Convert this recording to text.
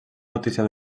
notícia